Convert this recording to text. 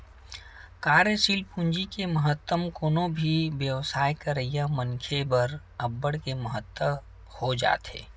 कार्यसील पूंजी के महत्तम कोनो भी बेवसाय करइया मनखे बर अब्बड़ के महत्ता हो जाथे